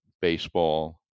baseball